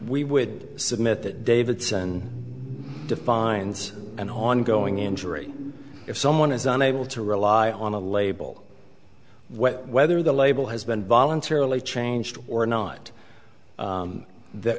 we would submit that davidson defines an ongoing injury if someone is unable to rely on a label whether the label has been voluntarily changed or not